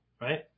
right